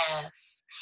Yes